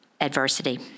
adversity